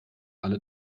alle